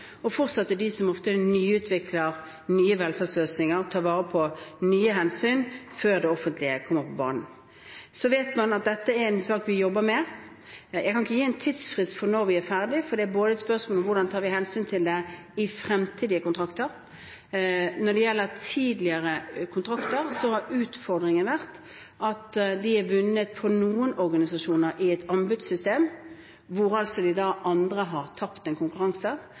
og fortsatt er det de som ofte utvikler nye velferdsløsninger og ivaretar nye hensyn før det offentlige kommer på banen. Så vet man at dette er en sak vi jobber med. Jeg kan ikke gi en tidsfrist for når vi er ferdig, for det er bl.a. et spørsmål om hvordan vi tar hensyn til det i fremtidige kontrakter. Når det gjelder tidligere kontrakter, har utfordringen vært at de for noen organisasjoner er vunnet i et anbudssystem, hvor altså de andre da har tapt en konkurranse,